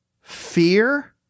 fear